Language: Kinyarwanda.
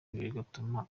bigatuma